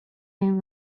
min